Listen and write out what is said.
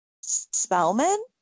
Spellman